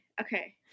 Okay